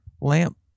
lamp